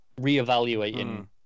reevaluating